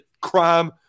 crime